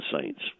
Saints